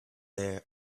there